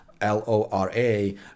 L-O-R-A